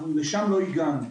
אנחנו לשם לא הגענו.